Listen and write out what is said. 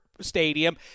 stadium